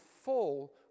fall